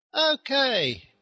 Okay